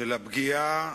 של הפגיעה